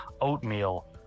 oatmeal